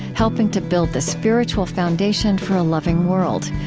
helping to build the spiritual foundation for a loving world.